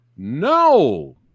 No